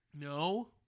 No